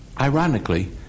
Ironically